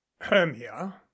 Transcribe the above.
Hermia